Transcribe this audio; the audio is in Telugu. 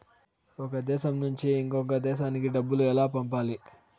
ఒక దేశం నుంచి ఇంకొక దేశానికి డబ్బులు ఎలా పంపాలి?